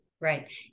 Right